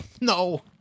No